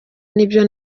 nibyo